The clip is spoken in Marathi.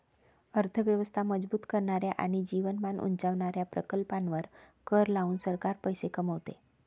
अर्थ व्यवस्था मजबूत करणाऱ्या आणि जीवनमान उंचावणाऱ्या प्रकल्पांवर कर लावून सरकार पैसे कमवते